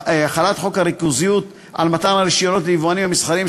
החלת חוק הריכוזיות על מתן הרישיונות ליבואנים המסחריים,